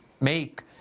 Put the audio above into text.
make